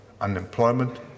unemployment